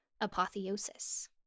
Apotheosis